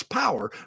power